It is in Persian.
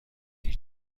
هیچ